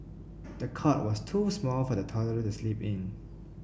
the cot was too small for the toddler to sleep in